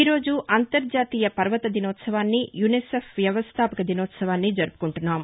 ఈరోజు అంతర్జాతీయ పర్వత దినోత్సవాన్ని యునెసెఫ్ వ్యవస్దాపక దినోత్సవాన్ని జరుపుకుంటున్నాం